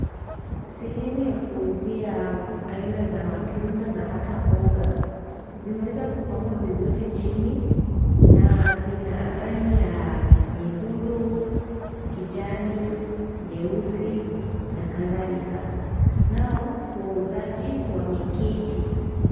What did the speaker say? Sehemu ya kuuzia aina za matunda na ata mboga. Zimeweza kupangwa vizuri chini na vina rangi nyekundu, kijani, nyeusi na kadhalika. Nao wauzaji wameketi.